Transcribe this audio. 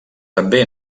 també